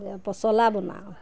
এয়া পচলা বনাওঁ